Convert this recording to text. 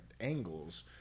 angles